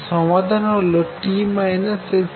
সমাধান হল t - xv